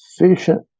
efficient